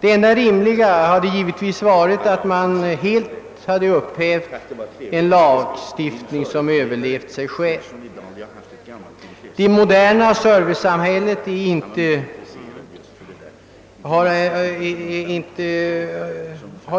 Det enda rimliga hade givetvis varit att man helt hade upphävt en lagstiftning som överlevt sig själv. Det moderna servicesamhället har ingen